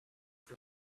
for